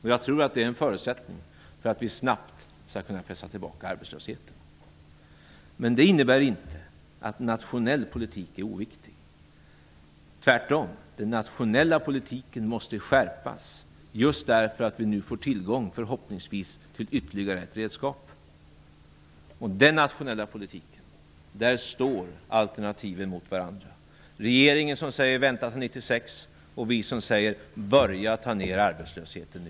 Jag tror att det är en förutsättning för att vi snabbt skall kunna pressa tillbaka arbetslösheten. Det innebär inte att nationell politik är oviktig -- tvärtom. Den nationella politiken måste skärpas, just därför att vi förhoppningsvis får tillgång till ytterligare ett redskap. Och i den nationella politiken står alternativen mot varandra: regeringen säger att man skall vänta till 1996, och vi säger att man skall börja att minska arbetslösheten nu.